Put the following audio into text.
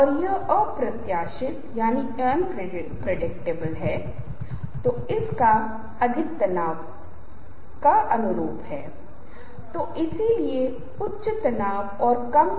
इसलिए मैं कैसे चलता हूं मेरे शरीर को कैसे जगाया जाता है मैं आंख से संपर्क कैसे स्थापित करता हूं या क्या मैं आंख से संपर्क स्थापित करता हूं या दर्शकों को देखे बिना अलग अलग चीजों को देखता हूं